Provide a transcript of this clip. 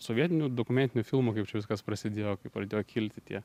sovietinių dokumentinių filmų kaip čia viskas prasidėjo kaip pradėjo kilti tie